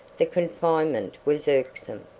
the confinement was irksome,